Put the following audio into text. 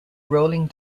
rolling